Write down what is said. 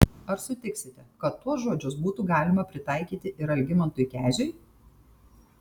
ar sutiksite kad tuos žodžius būtų galima pritaikyti ir algimantui keziui